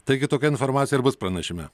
taigi tokia informacija ir bus pranešime